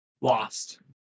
lost